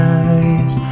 eyes